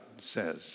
says